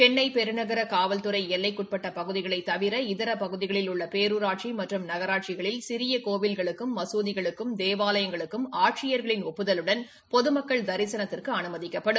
சென்னை பெருநகர காவல்துறை எல்லைக்கு உட்பட்ட பகுதிகளைத் தவிர இதர பகுதிகளில் உள்ள பேரூராட்சி மற்றும் நகராட்சிகளில் சிறிய கோவில்களுக்கும் மசூதிகளுக்கும் தேவாலயங்களுக்கும் ஆட்சியர்களின் ஒப்புதலுடன் பொதுமக்கள் தரிசனத்துக்கு அனுமதிக்கப்படும்